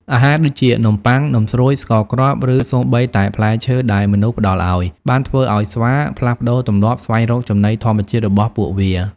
អាហារដូចជា នំប៉័ង នំស្រួយ ស្ករគ្រាប់ ឬសូម្បីតែផ្លែឈើដែលមនុស្សផ្តល់ឱ្យ បានធ្វើឱ្យស្វាផ្លាស់ប្តូរទម្លាប់ស្វែងរកចំណីធម្មជាតិរបស់ពួកវា។